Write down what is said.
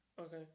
Okay